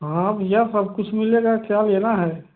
हाँ भैया सब कुछ मिलेगा क्या लेना है